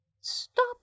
stop